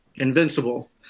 invincible